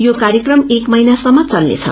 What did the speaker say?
योकार्यक्रम एक महिनासम्पचल्नेछ